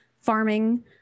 farming